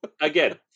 Again